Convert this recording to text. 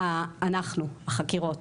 אנחנו, חקירות.